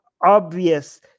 obvious